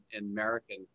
American